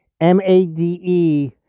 M-A-D-E